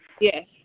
Yes